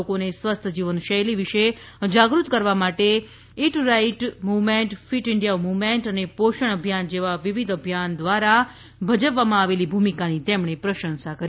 લોકોને સ્વસ્થ જીવનશૈલી વિશે જાગૃત કરવા માટે eat right movement fit India movement અને પોશણ અભિયાન જેવા વિવિધ અભિયાન દ્વારા ભજવવામાં આવેલી ભૂમિકાની તેમણેપ્રશંસા કરી